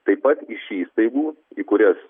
taip pat iš įstaigų į kurias